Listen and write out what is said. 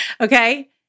okay